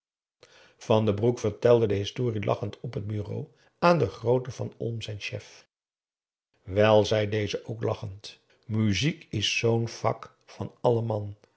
van den broek vertelde de historie lachend op t bureau aan den grooten van olm zijn chef wel zei deze ook lachend muziek is zoo'n vak van alleman maar